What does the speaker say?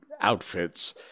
outfits